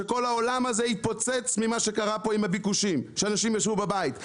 שכל העולם הזה התפוצץ ממה שקרה פה עם הביקושים שאנשים ישבו בבית,